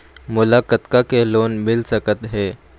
मोला कतका के लोन मिल सकत हे?